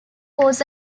was